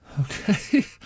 Okay